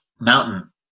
Mountain